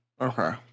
Okay